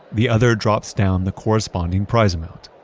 the other drops down the corresponding prize amount.